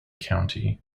county